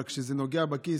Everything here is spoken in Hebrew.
אבל כשזה נוגע בכיס,